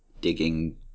digging